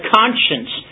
conscience